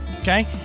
Okay